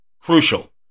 Crucial